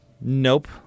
nope